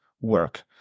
work